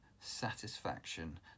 satisfaction